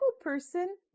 person